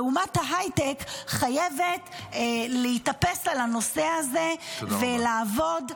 ואומת ההייטק חייבת להתאפס על הנושא הזה ולעבוד,